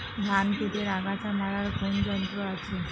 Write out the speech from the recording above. ধান ক্ষেতের আগাছা মারার কোন যন্ত্র আছে?